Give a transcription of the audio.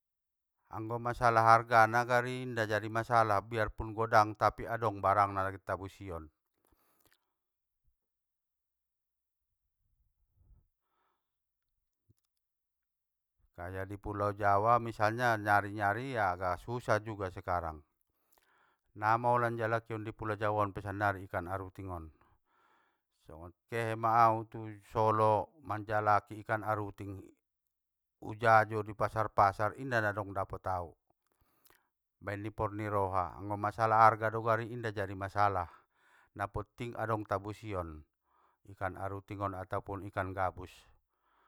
Anggo masalah argana gari inda jadi masalah biarpun godang tapi adong barangna na get tabusion. Kaya di pulo jawa misalnya nyari nyari ya agak susah sekarang namaolan jalakion dipulo jawaon pe sannari ikan aruting on, songon kehema au tu solo manjalaki ikan aruting, ujajo dipasar pasar inda nadong dapot au, baen nipor ni roha, anggo masalah harga do gari, inda jadi masalah, napotting adong tabusion, ikan aruting on atopun gabus.